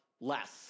less